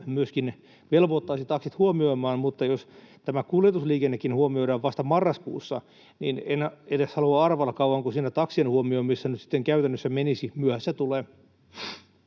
myöskin velvoittaisi taksit huomioimaan, mutta jos tämä kuljetusliikennekin huomioidaan vasta marraskuussa, niin en edes halua arvailla, kauanko siinä taksien huomioimisessa nyt sitten käytännössä menisi. Myöhässä tulee.